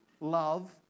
love